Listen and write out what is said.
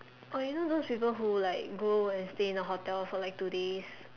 oh you know those people who like go and stay in a hotel for like two days